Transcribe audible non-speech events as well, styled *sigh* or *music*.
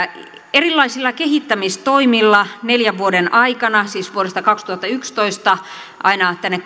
erilaisilla kehittämistoimilla neljän vuoden aikana siis vuodesta kaksituhattayksitoista aina tänne *unintelligible*